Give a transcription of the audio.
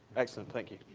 excellent. thank you.